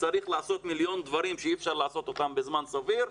צריך לעשות מיליון דברים שאי אפשר לעשות אותם בזמן סביר,